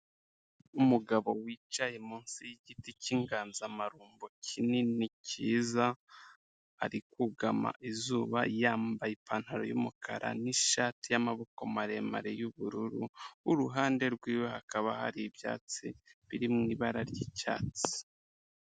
Umugabo wicaye munsi y'igiti cy'inganzamarumbo kinini cyiza, ari kugama izuba yambaye ipantaro y'umukara n'ishati y'amaboko maremare y'ubururu, uruhande rwiwe hakaba hari ibyatsi biri mu ibara ry'icyatsi.